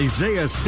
Isaiah